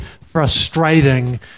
frustrating